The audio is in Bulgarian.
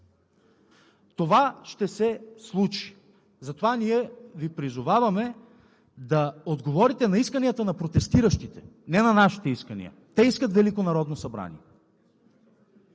Това ще се случи, затова ние Ви призоваваме да отговорите на исканията на протестиращите, не на нашите искания. Те искат Велико народно събрание.